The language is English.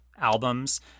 Albums